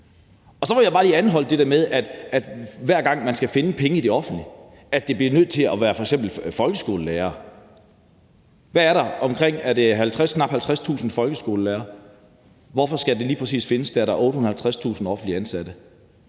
Så må jeg bare lige anholde det der med, at det, hver gang man skal finde penge i det offentlige, bliver nødt til at være f.eks. folkeskolelærere. Er der knap 50.000 folkeskolelærere? Hvorfor skal de lige præcis findes der ud af de 850.000 offentligt ansatte?